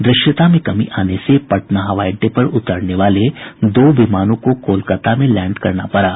द्रश्यता में कमी आने से पटना हवाई अड्डे पर उतरने वाले दो विमानों को कोलकाता में लैंड कराना पड़ा